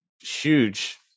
huge